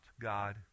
God